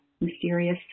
mysterious